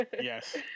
Yes